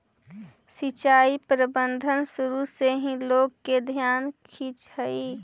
सिंचाई प्रबंधन शुरू से ही लोग के ध्यान खींचऽ हइ